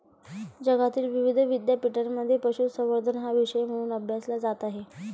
जगातील विविध विद्यापीठांमध्ये पशुसंवर्धन हा विषय म्हणून अभ्यासला जात आहे